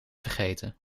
vergeten